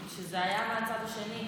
כי כשזה היה מהצד השני,